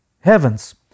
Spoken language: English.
heavens